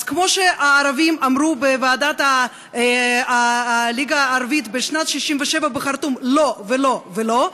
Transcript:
אז כמו שהערבים אמרו בוועידת הליגה הערבית בשנת 67' בחרטום לא ולא ולא,